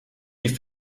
die